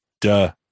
duh